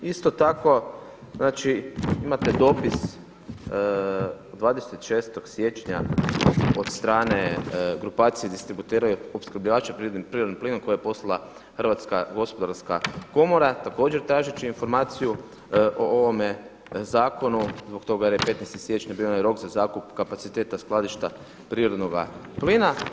Isto tako, znači imate dopis od 26. siječnja od strane grupacije distributera i opskrbljivača prirodnim plinom koje je poslala Hrvatska gospodarska komora također tražeći informaciju o ovome zakonu zbog toga jer je 15. siječnja bio onaj rok za zakup kapaciteta skladišta prirodnoga plina.